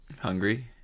Hungry